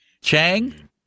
Chang